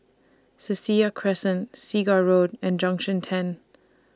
Cassia Crescent Segar Road and Junction ten